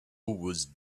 was